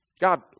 God